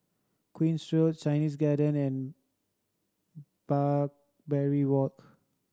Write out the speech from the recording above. Queen's Road Chinese Garden and Barbary Walk